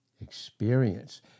experience